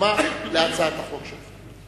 והבה להצמיד את הצעת החוק שלו,